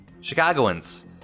Chicagoans